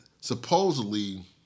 supposedly